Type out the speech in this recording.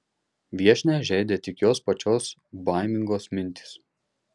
viešnią žeidė tik jos pačios baimingos mintys